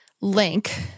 link